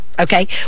Okay